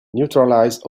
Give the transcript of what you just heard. neutralize